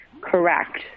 Correct